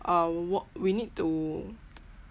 uh walk we need to